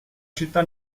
città